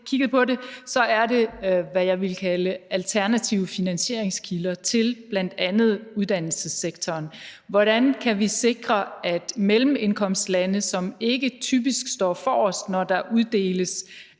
er det, som jeg ville kalde alternative finansieringskilder til bl.a. uddannelsessektoren. Hvordan kan vi sikre, at mellemindkomstlande, som ikke typisk står forrest, når der uddeles